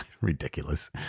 Ridiculous